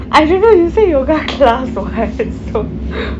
I don't know you said yoga class [what] so